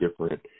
different